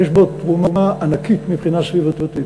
יש בו תרומה ענקית מבחינה סביבתית.